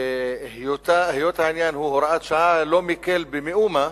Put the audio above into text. והיות העניין הוראת שעה לא מקל במאומה,